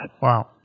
Wow